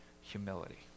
humility